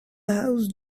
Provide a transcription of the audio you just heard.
house